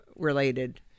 related